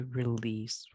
release